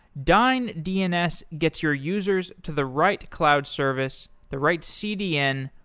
dyn dns gets your users to the right cloud service, the right cdn,